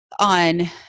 on